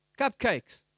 cupcakes